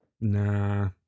Nah